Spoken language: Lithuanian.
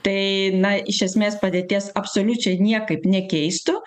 tai na iš esmės padėties absoliučiai niekaip nekeistų